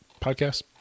podcast